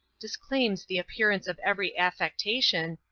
disclaims the appearance of every affectation,